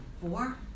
Four